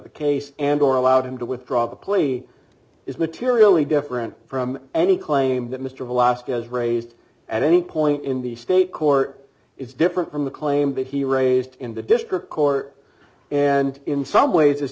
the case and or allowed him to withdraw the plea is materially different from any claim that mr velocity has raised at any point in the state court is different from the claim that he raised in the district court and in some ways i